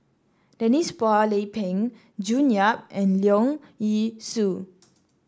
Denise Phua Lay Peng June Yap and Leong Yee Soo